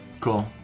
Cool